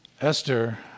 Esther